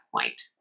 point